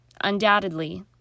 Undoubtedly